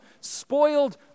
spoiled